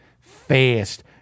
fast